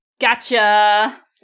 Gotcha